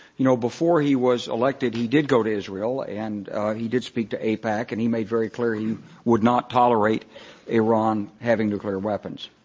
you know, before he was elected, he did go to israel and he did speak to aipac and he made very clear he would not tolerate iran having nuclear weapons.